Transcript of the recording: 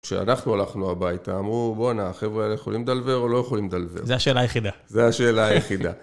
כשאנחנו הלכנו הביתה, אמרו, בוא'נה, החבר'ה האלה יכולים לדלבר או לא יכולים לדלבר? זו השאלה היחידה. זו השאלה היחידה.